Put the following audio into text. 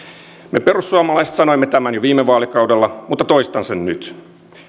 me perussuomalaiset sanoimme tämän jo viime vaalikaudella mutta toistan sen nyt